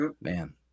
Man